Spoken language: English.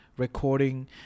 recording